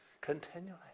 continually